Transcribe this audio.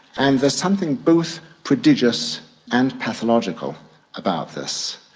and there's something both prodigious and pathological about this.